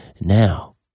now